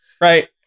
right